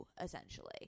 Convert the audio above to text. essentially